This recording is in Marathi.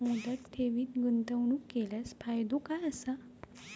मुदत ठेवीत गुंतवणूक केल्यास फायदो काय आसा?